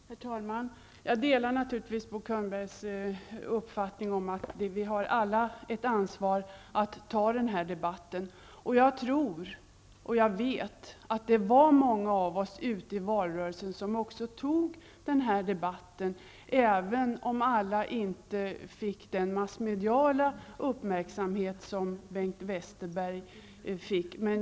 Herr talman! Jag delar naturligtvis Bo Könbergs uppfattning att vi alla har ett ansvar för att ta den här debatten. Jag tror och vet att många av oss ute i valrörelsen tog den här debatten, även om alla inte fick den massmediala uppmärksamhet som Bengt Westerberg fick.